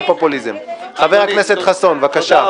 אם היית פחות דואג --- חבר הכנסת חסון, בבקשה.